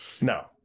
no